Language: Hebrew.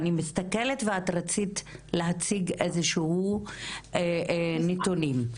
אני מסתכלת, ואת רצית להציג איזשהם נתונים.